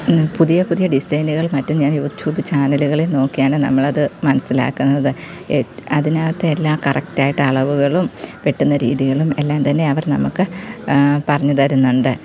പുതിയ പുതിയ ഡിസൈന്കൾ മറ്റും ഞാൻ യൂറ്റൂബ് ചാനല്കളിൽ നോക്കിയാണ് നമ്മളത് മനസ്സിലാക്കുന്നത് അതിനകത്ത് എല്ലാം കറക്റ്റായിട്ട് അളവുകളും പെട്ടന്ന് രീതികളും എല്ലാം തന്നെ അവർ നമുക്ക് പറഞ്ഞ് തരുന്നുണ്ട്